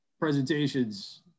presentations